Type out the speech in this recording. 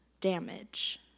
damage